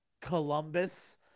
Columbus